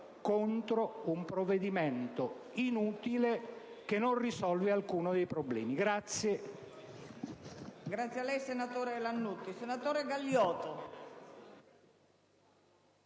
contro un provvedimento inutile, che non risolve alcuno dei problemi.